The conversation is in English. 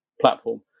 platform